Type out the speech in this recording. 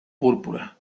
púrpura